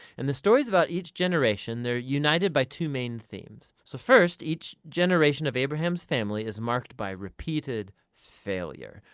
and the stories about each generation, they're united by two main themes. so first, each generation of abraham's family is marked by repeated failure.